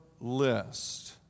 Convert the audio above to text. list